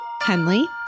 Henley